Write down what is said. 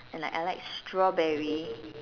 and like I like strawberry